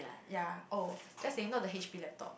ya oh just saying you know the H_P laptop